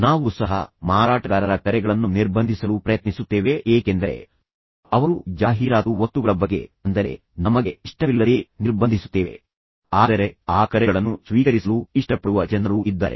ನಾವು ಸಹ ಮಾರಾಟಗಾರರ ಕರೆಗಳನ್ನು ನಿರ್ಬಂಧಿಸಲು ಪ್ರಯತ್ನಿಸುತ್ತೇವೆ ಏಕೆಂದರೆ ಅವರು ಜಾಹೀರಾತು ವಸ್ತುಗಳ ಬಗ್ಗೆ ಅಂದರೆ ನಮಗೆ ಇಷ್ಟವಿಲ್ಲದೆ ನಿರ್ಬಂಧಿಸುತ್ತೇವೆ ಆದರೆ ಆ ಕರೆಗಳನ್ನು ಸ್ವೀಕರಿಸಲು ಇಷ್ಟಪಡುವ ಜನರೂ ಇದ್ದಾರೆ